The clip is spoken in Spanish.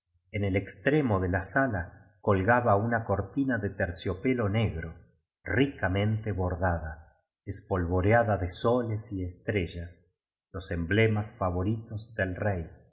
en el extremo de la sala colgaba una cortina de teroiopelo negro ricamente bordada espolvoreada de soles y estrellas los emblemas favoritos del rey